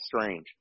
strange